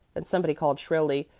then somebody called shrilly,